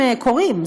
הם קורים,